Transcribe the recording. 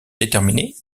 déterminé